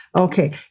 Okay